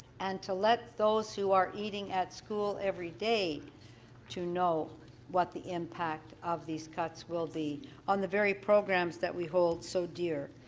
and to let those who are eating at school every day to know what the impact of these cuts will be on the very programs that we hold so dear.